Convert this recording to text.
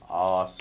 orh so~